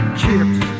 chips